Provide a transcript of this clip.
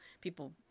People